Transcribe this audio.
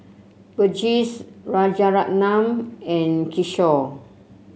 Verghese Rajaratnam and Kishore